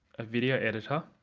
a video editor